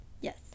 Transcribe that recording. Yes